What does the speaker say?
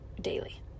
daily